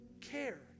care